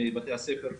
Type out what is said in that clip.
מבתי הספר מאובטחים.